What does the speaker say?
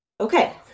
Okay